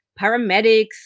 paramedics